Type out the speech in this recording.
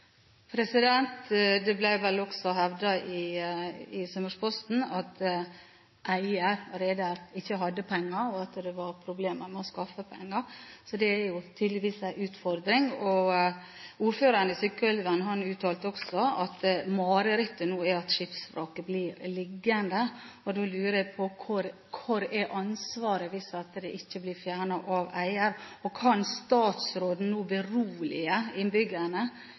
Det ble vel også hevdet i Sunnmørsposten at eier, reder, ikke hadde penger, og at det var problemer med å skaffe penger. Det er tydeligvis en utfordring. Ordføreren i Sykkylven uttalte også at marerittet nå er at skipsvraket blir liggende. Da lurer jeg på hvor ansvaret er hvis vraket ikke blir fjernet av eier. Kan statsråden nå berolige innbyggerne